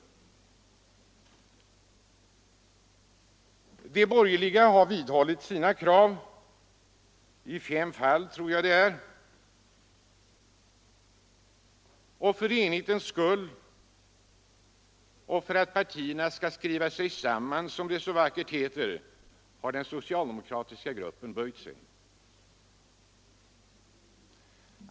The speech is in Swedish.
De borgerliga har vidhållit sina krav i fem fall, tror jag det är. För enhetens skull och för att partierna skall kunna skriva samman sig, som det så vackert heter, har den socialdemokratiska gruppen böjt sig.